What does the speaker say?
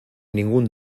ningún